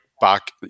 back